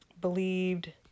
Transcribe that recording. believed